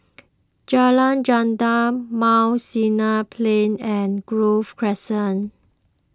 Jalan Gendang Mount Sinai Plain and Grove Crescent